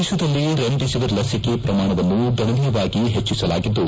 ದೇತದಲ್ಲಿ ರೆಮಿಡಿಸಿವಿರ್ ಲಸಿಕೆ ಪ್ರಮಾಣವನ್ನು ಗಣನೀಯವಾಗಿ ಹೆಚ್ಲಿಸಲಾಗಿದ್ದು